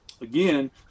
again